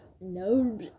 No